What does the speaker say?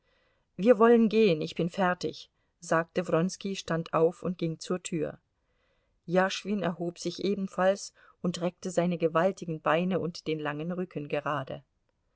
wir wollen gehen ich bin fertig sagte wronski stand auf und ging zur tür jaschwin erhob sich ebenfalls und reckte seine gewaltigen beine und den langen rücken gerade